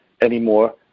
anymore